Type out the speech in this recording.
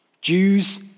Jews